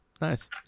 nice